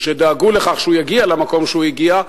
שדאגו לכך שהוא יגיע למקום שהוא הגיע,